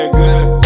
good